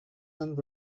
and